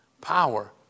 Power